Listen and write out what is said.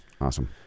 Awesome